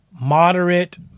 moderate